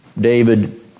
David